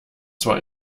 zwar